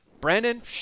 Brandon